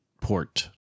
Port